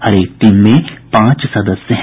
हरेक टीम में पांच सदस्य हैं